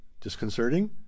Disconcerting